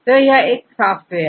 तो एक सॉफ्टवेयर हैPIR